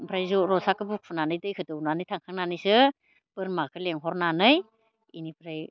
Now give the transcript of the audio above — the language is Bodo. ओमफ्राय ज' रसाखो बुखुनानै दैखौ दौनानै थांखानानैसो बोरमाखो लिंहरनानै इनिफ्राय